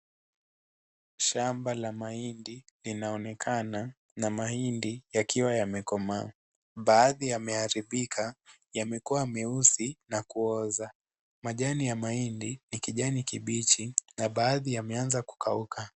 Shamba la mahindi linaonekana na mahindi yakiwa yamekomaa. Baadhi yamearibika yamekuwa meusi na kuoza . Majani ya mahindi ni kijani kipiji na yameanza kukauka.